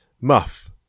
muff